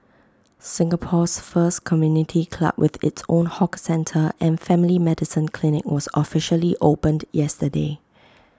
Singapore's first community club with its own hawker centre and family medicine clinic was officially opened yesterday